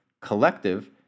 collective